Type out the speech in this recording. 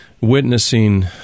witnessing